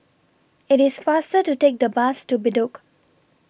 IT IS faster to Take The Bus to Bedok